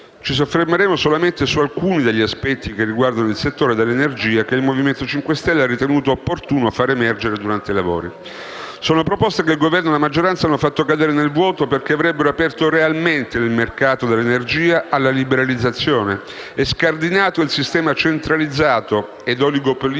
Ci soffermeremo solamente su alcuni degli aspetti che riguardano il settore dell'energia, che il Movimento 5 Stelle ha ritenuto opportuno far emergere durante i lavori. Sono proposte che il Governo e la maggioranza hanno fatto cadere nel vuoto, perché avrebbero aperto realmente il mercato dell'energia alla liberalizzazione e scardinato il sistema centralizzato e oligopolistico